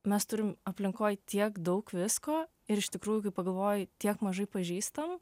mes turim aplinkoj tiek daug visko ir iš tikrųjų kai pagalvoji tiek mažai pažįstam